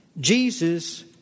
Jesus